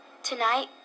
Tonight